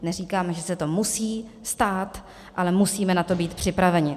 Neříkáme, že se to musí stát, ale musíme na to být připraveni.